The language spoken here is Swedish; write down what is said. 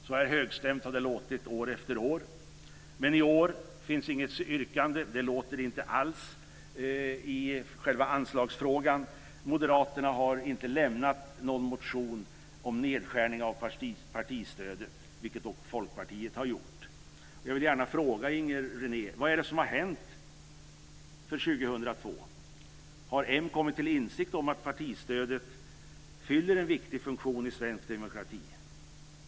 Så här högstämt har det låtit år efter år, men i år finns inget yrkande. Det hörs ingenting alls i själv anslagsfrågan. Moderaterna har inte väckt någon motion om nedskärning av partistödet, vilket dock Folkpartiet har gjort. Jag vill fråga Inger René: Vad är det som har hänt när det gäller 2002? Har moderaterna kommit till insikt om att partistödet fyller en viktig funktion i svensk demokrati?